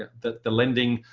the the lending